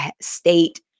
state